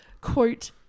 quote